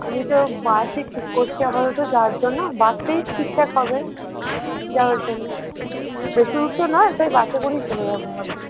আমি তো বাসই ঠিক করছি আপাতত যাওয়ার জন্য বাসটাই ঠিকঠাক হবে যাওয়ার জন্য বেশি দূর তো নয় তাই বাসে করেই চলে যাব ভাবছি